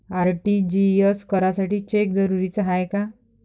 RTGS करासाठी cheque जरुरीचा हाय काय?